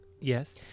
Yes